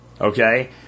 Okay